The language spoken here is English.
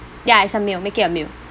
ya it's a meal make it a meal